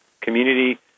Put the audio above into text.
community